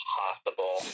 possible